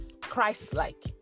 Christ-like